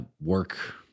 work